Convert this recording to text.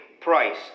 price